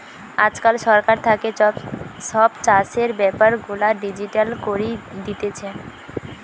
আজকাল সরকার থাকে সব চাষের বেপার গুলা ডিজিটাল করি দিতেছে